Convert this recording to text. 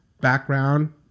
background